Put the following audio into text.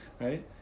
Right